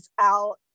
out